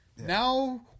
Now